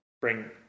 bring